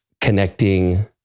connecting